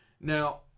Now